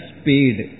speed